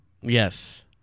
Yes